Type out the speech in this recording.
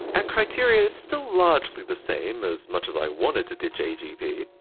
our criteria is still largely the same, as much as i wanted to ditch agp.